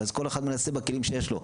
אז כל אחד מנסה בכלים שלו.